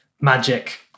magic